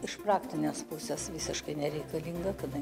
iš praktinės pusės visiškai nereikalinga kadangi